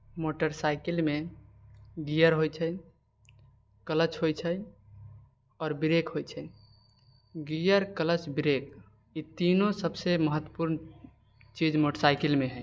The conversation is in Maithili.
मोटरसाइकिलमे गियर होइ छै क्लच होइ छै आओर ब्रेक होइ छै गियर क्लच ब्रेक ई तीनू सबसँ महत्वपूर्ण चीज मोटरसाइकिलमे हइ